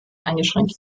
eingeschränkt